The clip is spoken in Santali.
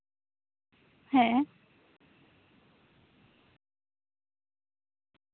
ᱦᱮᱸ